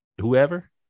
whoever